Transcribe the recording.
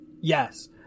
Yes